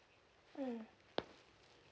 mm